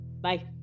Bye